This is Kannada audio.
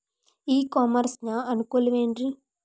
ಇ ಕಾಮರ್ಸ್ ನ ಅನುಕೂಲವೇನ್ರೇ?